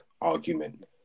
argument